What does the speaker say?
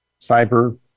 cyber